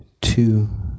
Two